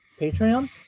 Patreon